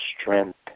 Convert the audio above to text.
strength